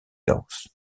gauss